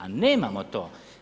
A nemamo to.